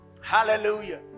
Hallelujah